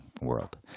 world